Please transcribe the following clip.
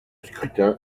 scrutin